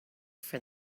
for